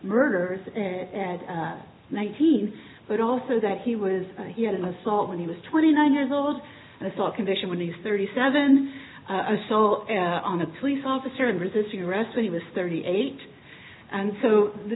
murders nineteen but also that he was he had an assault when he was twenty nine years old and i saw a condition when he's thirty seven a so on a police officer and resisting arrest when he was thirty eight and so the